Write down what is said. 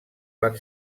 van